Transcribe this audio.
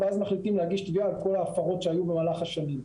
ואז מחליטים להגיש תביעה על כל ההפרות שהיו במהלך השנים.